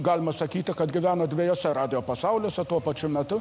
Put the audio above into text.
galima sakyti kad gyveno dviejose radijo pasauliuose tuo pačiu metu